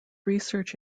research